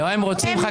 הם רוצים חקירה.